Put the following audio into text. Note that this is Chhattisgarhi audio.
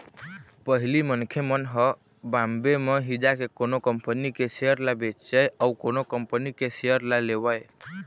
पहिली मनखे मन ह बॉम्बे म ही जाके कोनो कंपनी के सेयर ल बेचय अउ कोनो कंपनी के सेयर ल लेवय